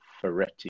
Ferretti